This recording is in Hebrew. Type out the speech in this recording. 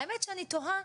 האמת שאני תוהה,